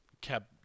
kept